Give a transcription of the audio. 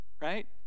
right